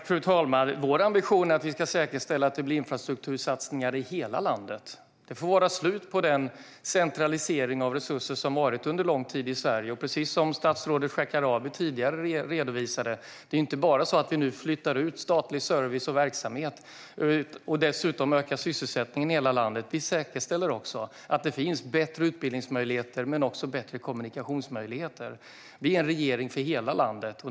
Fru talman! Vår ambition är att säkerställa att det blir infrastruktursatsningar i hela landet. Det får vara slut på den centralisering av resurser som under lång tid pågått i Sverige. Precis som statsrådet Shekarabi tidigare redovisade handlar det inte bara om att vi nu flyttar ut statlig service och verksamhet och dessutom ökar sysselsättningen i hela landet, utan vi säkerställer också att det finns bättre utbildningsmöjligheter och bättre kommunikationsmöjligheter. Vi är en regering för hela landet.